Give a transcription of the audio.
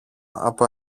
από